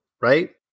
right